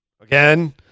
again